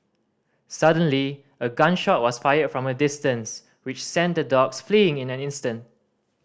suddenly a gun shot was fired from a distance which sent the dogs fleeing in an instant